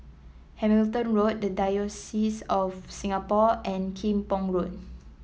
Hamilton Road the Diocese of Singapore and Kim Pong Road